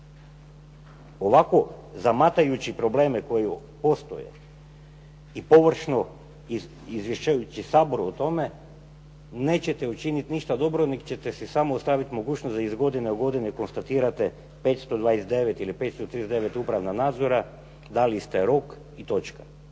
Ovako zamatajući probleme koji postoje i površno izvješćujući Sabor o tome nećete učiniti ništa dobro, nego ćete si samo ostaviti mogućnost da iz godine u godinu konstatirate 529 ili 539 upravna nadzora. Dali ste rok i točka.